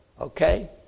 okay